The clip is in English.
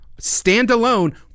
standalone